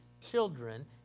children